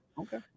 Okay